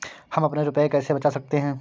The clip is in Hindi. हम अपने रुपये कैसे बचा सकते हैं?